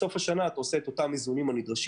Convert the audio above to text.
בסוף השנה אתה עושה את האיזונים הנדרשים.